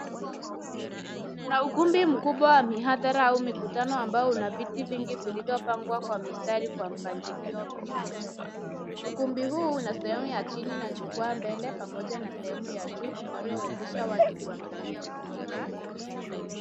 Kuna ukumbi mkubwa wa mihadhara au mikutano ambao una viti vingi vilivyopangwa kwa mistari kwa mpangilio mzuri. Ukumbi huu una sehemu ya chini na jukwaa mbele pamoja sehemu ya juu inayowezesha watu kuangalia kutoka juu.